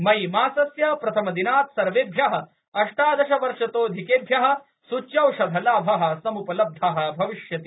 मईमासस्य प्रथमदिनात् सर्वेभ्यः अष्टादशवर्षतोधिकेभ्यः स्च्यौषधलाभः सम्पलब्धः भविष्यति